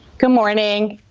good morning.